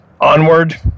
onward